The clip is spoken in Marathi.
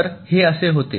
तर हे असे होते